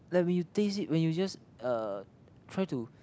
like when you taste it like when you just uh try to